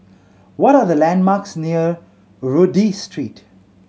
what are the landmarks near Rodyk Street